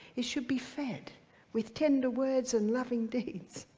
it should be fed with tender words and loving deeds.